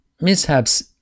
mishaps